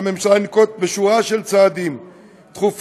על הממשלה לנקוט שורה של צעדים דחופים,